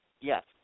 yes